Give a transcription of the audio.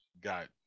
got